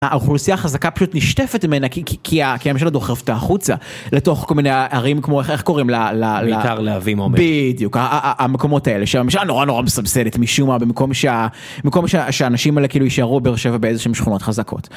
האוכלוסייה החזקה פשוט נשטפת ממנה כי כי כי הממשלה דוחפת אותה החוצה לתוך כל מיני ערים כמו איך קוראים ל...ל...ל... בעיקר להבים עומר. בדיוק, המקומות האלה שהממשלה נורא נורא מסבסדת משום מה במקום ש...שהאנשים האלה כאילו יישארו בבאר שבע באיזה שהם שכונות חזקות.